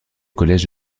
collège